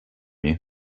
you